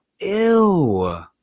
ew